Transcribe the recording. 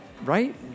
Right